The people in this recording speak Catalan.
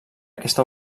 aquesta